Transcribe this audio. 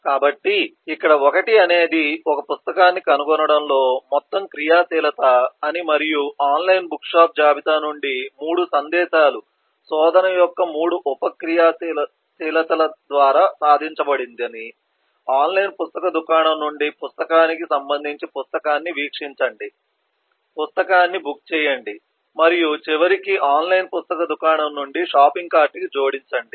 కాబట్టి ఇక్కడ 1 అనేది ఒక పుస్తకాన్ని కనుగొనడంలో మొత్తం క్రియాశీలత అని మరియు ఆన్లైన్ బుక్షాప్ జాబితా నుండి 3 సందేశాల శోధన యొక్క 3 ఉప క్రియాశీలతల ద్వారా సాధించబడిందని ఆన్లైన్ పుస్తక దుకాణం నుండి పుస్తకానికి సంబంధించి పుస్తకాన్ని వీక్షించండి పుస్తకాన్ని బుక్ చెయ్యండి మరియు చివరికి ఆన్లైన్ పుస్తక దుకాణం నుండి షాపింగ్ కార్ట్ కి జోడించండి